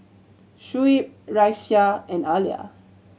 Shuib Raisya and Alya